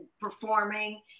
performing